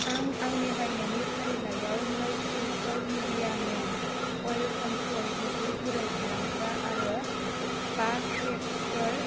आं आंनि बायनायनि फारिलाइयाव नै टिउबफोर निविया मेन अइल कन्ट्रल बिगुर गुरै खालामग्रा आरो बा पेकफोर